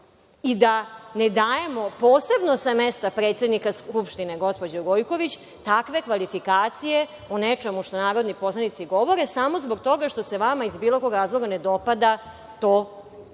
i da ne dajemo, posebno sa mesta predsednika Skupštine, gospođo Gojković, takve kvalifikacije o nečemu što narodni poslanici govore, samo zbog toga što se vama, iz bilo kog razloga, ne dopada to što su oni